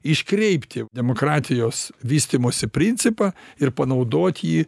iškreipti demokratijos vystymosi principą ir panaudot jį